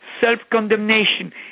self-condemnation